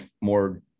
more